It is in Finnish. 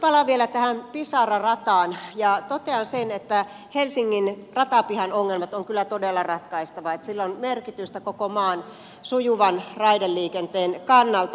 palaan vielä tähän pisara rataan ja totean sen että helsingin ratapihan ongelmat on kyllä todella ratkaistava sillä on merkitystä koko maan sujuvan raideliikenteen kannalta